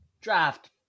draft